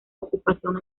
ocupación